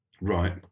Right